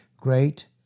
Great